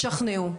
תשכנעו .